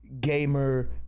gamer